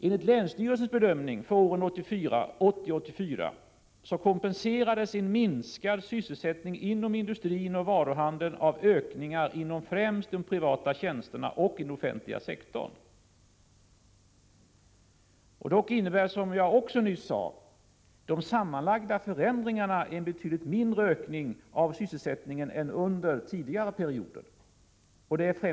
Enligt länsstyrelsens bedömning för åren 1980-1984 kompenserades en minskad sysselsättning inom industrin och varuhandeln av ökningar inom främst området för de privata tjänsterna och den offentliga sektorn. Dock innebär, som jag nyss sade, de sammanlagda förändringarna en betydligt mindre ökning av sysselsättningen än vad som varit fallet under tidigare perioder.